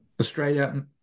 Australia